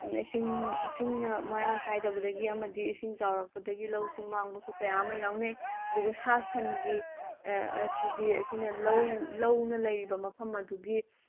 ꯏꯁꯤꯡ ꯏꯁꯤꯡꯅ ꯃꯔꯥꯡ ꯀꯥꯏꯗꯕꯗꯒꯤ ꯑꯃꯗꯤ ꯏꯁꯤꯡ ꯆꯥꯎꯔꯛꯄꯗꯒꯤ ꯂꯧꯁꯤꯡ ꯃꯥꯡꯕꯁꯨ ꯀꯌꯥ ꯑꯃ ꯌꯥꯎꯅꯩ ꯑꯗꯨꯒ ꯁꯥ ꯁꯟꯒꯤ ꯑꯁꯤꯗꯤ ꯑꯩꯈꯣꯏꯅ ꯂꯧ ꯂꯧꯅ ꯂꯩꯔꯤꯕ ꯃꯐꯝ ꯑꯗꯨꯒꯤ